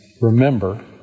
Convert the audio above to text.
Remember